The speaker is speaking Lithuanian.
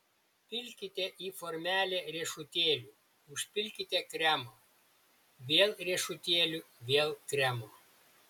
pilkite į formelę riešutėlių užpilkite kremo vėl riešutėlių vėl kremo